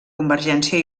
convergència